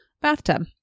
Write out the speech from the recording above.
bathtub